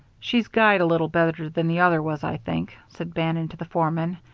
she's guyed a little better than the other was, i think, said bannon to the foreman.